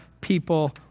people